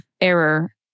error